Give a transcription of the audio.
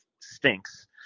stinks